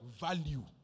Value